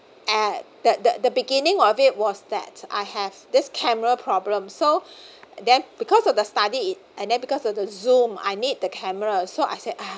at the the the beginning of it was that I have this camera problem so then because of the study it and then because the zoom I need the camera so I said ah